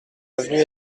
avenue